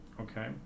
okay